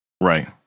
Right